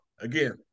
again